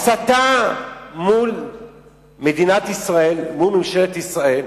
להסתה מול מדינת ישראל, מול ממשלת ישראל,